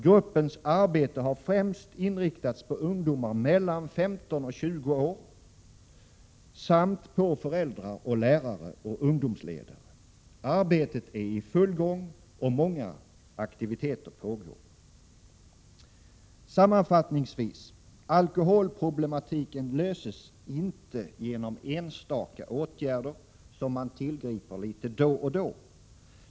Gruppens arbete har främst inriktats på ungdomar mellan 15 och 20 år samt på föräldrar, lärare, ungdomsledare m.fl. Arbetet är i full gång och många aktiviteter pågår. Sammanfattningsvis: Alkoholproblematiken löses inte genom enstaka åtgärder, som tillgrips litet då och då.